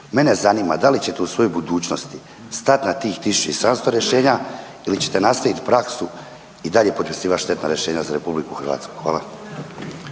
Mene zanima da li ćete u svojoj budućnosti stati na tih 1700 rješenja ili ćete nastaviti praksu i dalje potpisivati štetna rješenja za RH? Hvala.